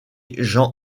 jean